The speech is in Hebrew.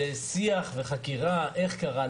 זה שיח וחקירה איך קרה,